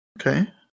Okay